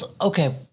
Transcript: okay